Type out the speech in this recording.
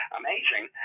amazing